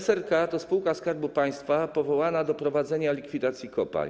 SRK to spółka Skarbu Państwa powołana do prowadzenia likwidacji kopalń.